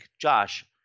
Josh